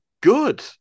good